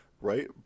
right